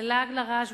זה לעג לרש,